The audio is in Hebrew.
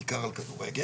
בעיקר על כדורגל.